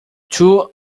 two